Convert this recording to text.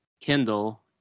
Kindle